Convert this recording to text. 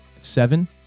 seven